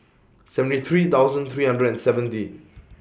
seventy three thousand three hundred and seventy